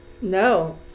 No